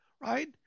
right